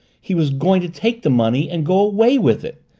he was going to take the money and go away with it!